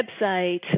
website